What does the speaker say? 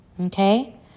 Okay